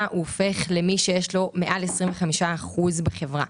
הוא הופך למי שיש לו מעל 25% בחברה,